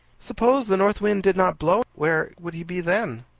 suppose the north wind did not blow where would he be then?